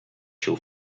się